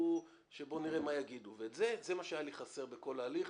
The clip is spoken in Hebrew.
שבואו נראה מה יגידו וזה מה שהיה לי חסר בכל ההליך.